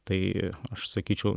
tai aš sakyčiau